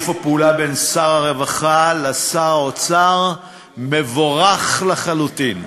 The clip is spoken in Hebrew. שיתוף הפעולה בין שר הרווחה לשר האוצר מבורך לחלוטין.